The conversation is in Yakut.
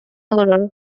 олорор